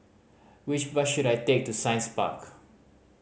which bus should I take to Science Park